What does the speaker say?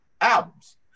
albums